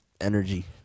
Energy